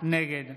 נגד